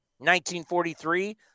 1943